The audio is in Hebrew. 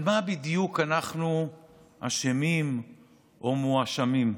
במה בדיוק אנחנו אשמים או מואשמים?